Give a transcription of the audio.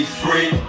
free